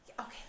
Okay